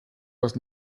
was